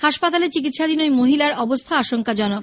হাসপাতালে চিকিৎসাধীন ওই মহিলার অবস্থা আশঙ্কাজনক